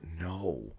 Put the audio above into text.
no